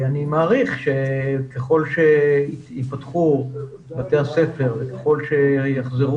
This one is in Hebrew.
אני מעריך שככול שייפתחו בתי הספר וככול שתחזור